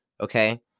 Okay